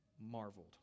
marveled